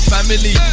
Family